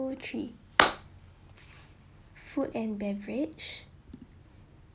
two three food and beverage